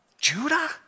Judah